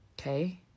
Okay